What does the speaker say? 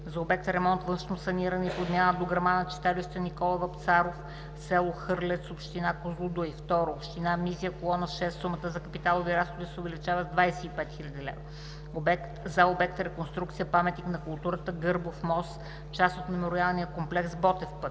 за обект „Ремонт, външно саниране и подмяна дограма на читалище „Н. Й. Вапцаров“, село Хърлец, община Козлодуй. 2. Община Мизия – в колона 6 сумата за капиталови разходи се увеличава с 25 000 лв. - за обект „Реконструкция на паметник на културата „Гърбав мост“, част от Мемориалния комплекс „Ботев път“.